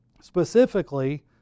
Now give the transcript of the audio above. specifically